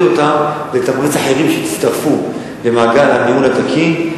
אותם ולתמרץ אחרים שיצטרפו למעגל הניהול התקין,